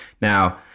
Now